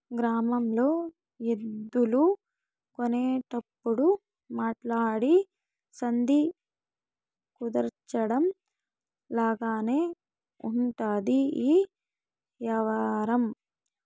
గ్రామాల్లో ఎద్దులు కొనేటప్పుడు మాట్లాడి సంధి కుదర్చడం లాగానే ఉంటది ఈ యవ్వారం